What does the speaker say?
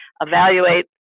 evaluate